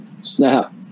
snap